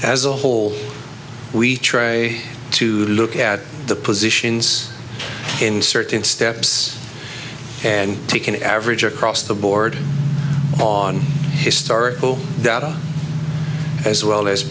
as a whole we try to to look at the positions in certain steps and take an average across the board on historical data as well as